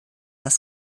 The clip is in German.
das